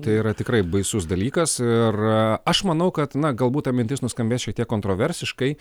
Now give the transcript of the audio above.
tai yra tikrai baisus dalykas ir aš manau kad na galbūt ta mintis nuskambės šiek tiek kontroversiškai